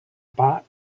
bat